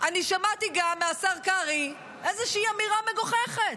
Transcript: שמעתי מהשר קרעי איזושהי אמירה מגוחכת.